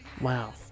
Wow